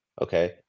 Okay